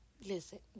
listen